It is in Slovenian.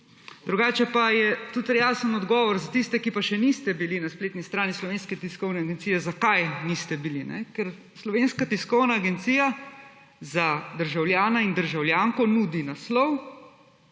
Drugače pa je tudi jasen odgovor za tiste, ki pa še niste bili na spletni strani Slovenske tiskovne agencije, zakaj niste bili – ker Slovenska tiskovna agencija za državljana in državljanko nudi naslov,